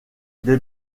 des